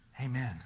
Amen